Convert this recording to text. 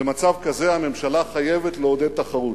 במצב כזה הממשלה חייבת לעודד תחרות.